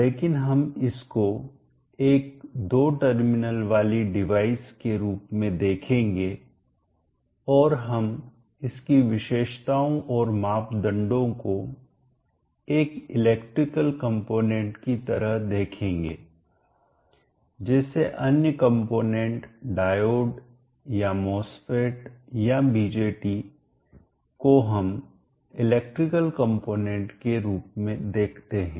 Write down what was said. लेकिन हम इसको एक 2 टर्मिनल छोर अथवा सिरे वाली डिवाइस युक्ति के रूप में देखेंगे और हम इसकी विशेषताओं और मापदंडों को एक इलेक्ट्रिकल कंपोनेंट विद्युत अवयव की तरह देखेंगे जैसे अन्य कंपोनेंट डायोड या मॉसफेट या बीजेटी को हम इलेक्ट्रिकल कंपोनेंट के रूप में देखते हैं